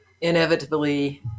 inevitably